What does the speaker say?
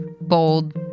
bold